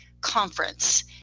conference